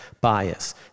bias